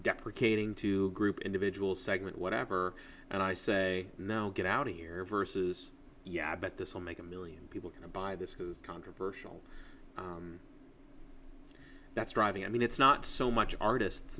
deprecating to group individual segment whatever and i say now get out of here versus yeah but this will make a million people to buy this controversial that's driving i mean it's not so much artists